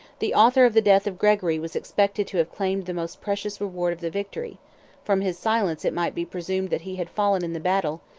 the author of the death of gregory was expected to have claimed the most precious reward of the victory from his silence it might be presumed that he had fallen in the battle,